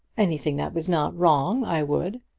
anything that was not wrong i would.